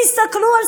התקדמנו,